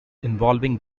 involving